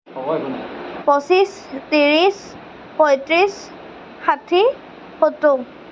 পঁচিছ ত্ৰিছ পঁয়ত্ৰিছ ষাঠি সত্তৰ